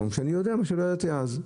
שאני יודע מה שלא ידעתי אז,